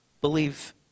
believe